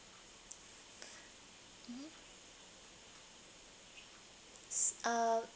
mm uh